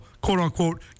quote-unquote